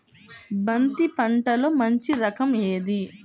బంతి పంటలో మంచి రకం ఏది?